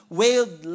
wailed